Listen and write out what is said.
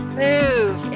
move